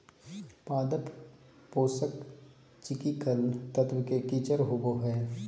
पादप पोषक चिकिकल तत्व के किचर होबो हइ